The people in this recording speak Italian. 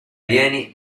alieni